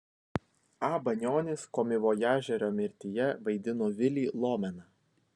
a banionis komivojažerio mirtyje vaidino vilį lomeną